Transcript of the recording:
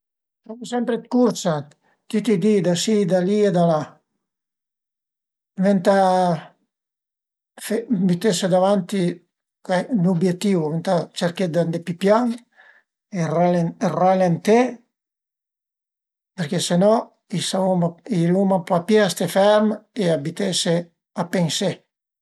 Suma sempre d'cursa, tüti i di, da si da li e da la. Venta bütese davanti ün ubietìu, ëntà cerché d'andé pi pian e ralenté perché se no i savuma i arivuma pa pi a ste ferm e a bütese a pensé